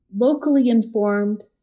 locally-informed